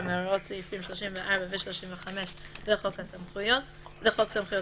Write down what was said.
מהוראות סעיפים 34 ו-35 לחוק סמכויות אכיפה,